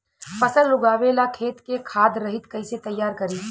फसल उगवे ला खेत के खाद रहित कैसे तैयार करी?